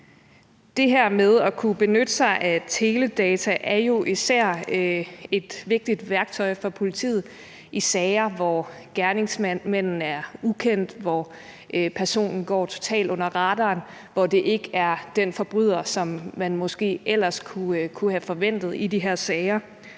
Det her med at kunne benytte sig af teledata er jo især et vigtigt værktøj for politiet i sager, hvor gerningsmanden er ukendt, hvor personen går totalt under radaren, hvor det ikke er den forbryder, som man måske ellers kunne have forventet i de her sager.